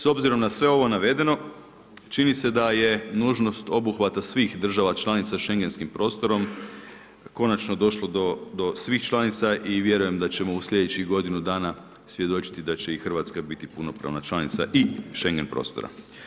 S obzirom na sve ovo navedeno čini se da je nužnost obuhvata svih država članica Schengenskim prostorom konačno došlo do svih članica i vjerujem da ćemo u sljedećih godinu dana svjedočiti da će i Hrvatska biti punopravna članica i Schengen prostora.